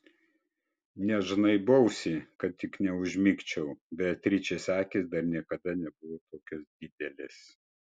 net žnaibausi kad tik neužmigčiau beatričės akys dar niekada nebuvo tokios didelės